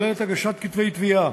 הכוללת הגשת כתבי-תביעה